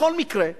בכל מקרה,